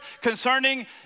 concerning